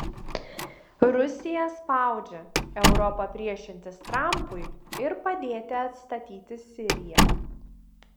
rusija spaudžia europą priešintis trampui ir padėti atstatyti siriją